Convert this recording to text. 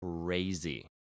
Crazy